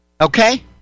Okay